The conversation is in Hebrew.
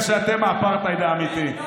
אתה יודע שאתם האפרטהייד האמיתי.